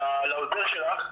לעוזר שלך,